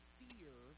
fear